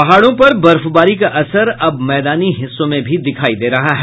पहाड़ों पर बर्फबारी का असर अब मैदानी हिस्सों में भी दिखायी दे रहा है